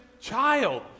child